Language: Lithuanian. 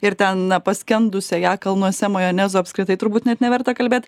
ir ten na paskendusią ją kalnuose majonezo apskritai turbūt net neverta kalbėt